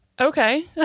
okay